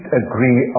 agree